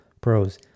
Pros